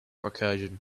recursion